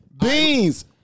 beans